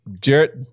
Jarrett